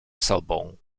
sobą